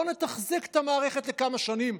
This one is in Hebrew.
בואו נתחזק את המערכת לכמה שנים,